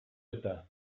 eta